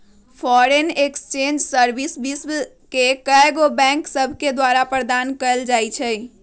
foreign exchange service विश्व के कएगो बैंक सभके द्वारा प्रदान कएल जाइ छइ